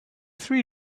three